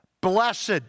Blessed